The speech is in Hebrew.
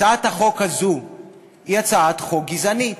הצעת החוק הזאת היא הצעת חוק גזענית,